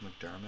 McDermott